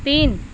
तीन